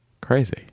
crazy